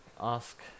Ask